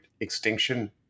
extinction